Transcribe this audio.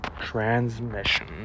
transmission